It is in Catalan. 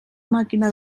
màquina